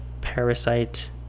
Parasite